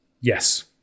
Yes